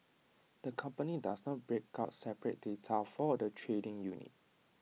the company does not break out separate data for the trading unit